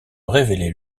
révéler